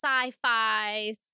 sci-fi